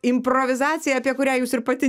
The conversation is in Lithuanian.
improvizacija apie kurią jūs ir pati